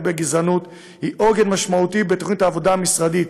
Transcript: בגזענות היא עוגן משמעותי בתוכנית העבודה המשרדית,